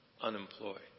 unemployed